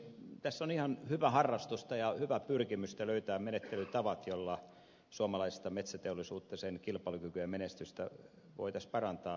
tässä on ihan hyvää harrastusta ja hyvää pyrkimystä löytää menettelytavat joilla suomalaista metsäteollisuutta sen kilpailukykyä ja menestystä voitaisiin parantaa